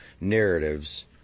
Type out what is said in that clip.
narratives